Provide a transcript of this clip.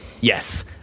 yes